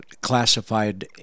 classified